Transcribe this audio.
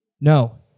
no